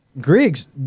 Griggs